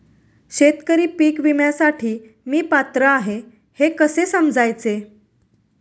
शेतकरी पीक विम्यासाठी मी पात्र आहे हे कसे समजायचे?